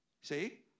See